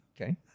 Okay